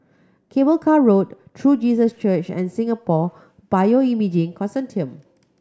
Cable Car Road True Jesus Church and Singapore Bioimaging Consortium